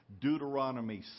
Deuteronomy